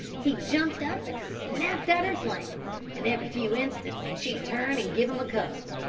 he jumped up and snapped at her flanks, and every few instants she'd turn and give him a cuff,